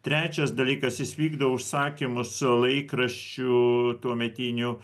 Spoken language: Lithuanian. trečias dalykas jis vykdo užsakymus laikraščių tuometinių